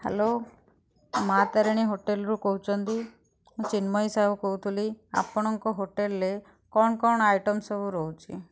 hello Maa Tarini ହୋଟେଲ୍ରୁ କହୁଛନ୍ତି ମୁଁ ଚିନ୍ମୟୀ ସାହୁ କହୁଥିଲି ଆପଣଙ୍କ ହୋଟେଲ୍ରେ କଣ କଣ ଆଇଟମ୍ ସବୁ ରହୁଛି